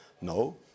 No